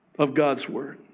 of god's word.